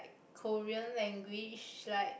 Korean language like